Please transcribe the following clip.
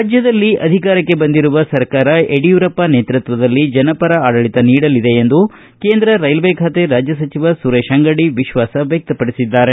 ರಾಜ್ಯದಲ್ಲಿ ಅಧಿಕಾರಕ್ಕೆ ಬಂದಿರುವ ಸರ್ಕಾರ ಯಡಿಯೂರಪ್ಪ ನೇತೃತ್ವದಲ್ಲಿ ಜನಪರ ಆಡಳಿತ ನೀಡಲಿದೆ ಎಂದು ಕೇಂದ್ರ ರೈಲ್ವೆ ಖಾತೆ ರಾಜ್ಯ ಸಚಿವ ಸುರೇಶ ಅಂಗಡಿ ವಿಶ್ವಾಸ ವ್ಯಕ್ತಪಡಿಸಿದ್ದಾರೆ